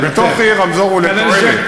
בתוך עיר, רמזור הוא לתועלת.